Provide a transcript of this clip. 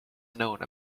known